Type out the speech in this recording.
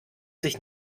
sich